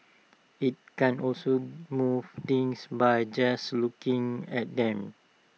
IT can also move things by just looking at them